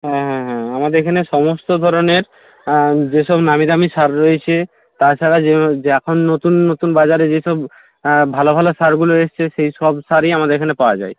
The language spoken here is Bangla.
হ্যাঁ হ্যাঁ হ্যাঁ আমাদের এখানে সমস্ত ধরণের হ্যাঁ যে সব নামি দামি সার রয়েছে তাছাড়া যে যখন নতুন নতুন বাজারে যে সব ভালো ভালো সারগুলো এসছে সেই সব সারই আমাদের এখানে পাওয়া যায়